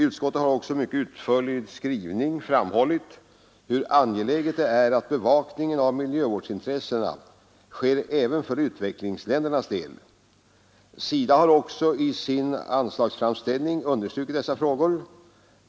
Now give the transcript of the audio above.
Utskottet har i sin mycket utförliga skrivning framhållit hur angeläget det är att bevakningen av miljövårdsintressena sker även för utvecklingsländernas del. SIDA har också i sin anslagsframställning understrukit dessa frågor.